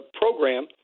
program